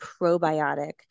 probiotic